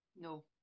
No